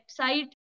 website